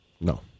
No